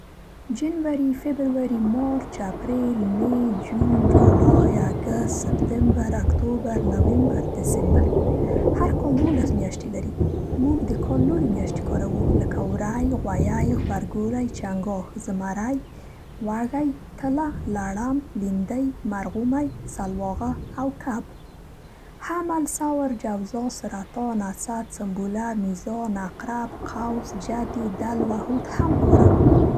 جنوري، فبروري، مارچ، اپرېل، مې، جون، جولای، اګست، سبتمبر، اکتوبر، نومبر، دسمبر. هر کال ۱۲ میاشتې لري. موږ د کال نورې میاشتې کاروو، لکه وری، غویی، غبرګولی، چنګاښ، زمری، وږی، تله، لړم، لیندۍ، مرغومی، سلواغه، کب. حمل، ثور، جوزا، سرطان، اسد، سنبله، میزان، عقرب، قوس، جدې، دلو، حوت هم کاروو.